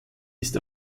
ist